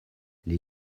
les